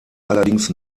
allerdings